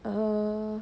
err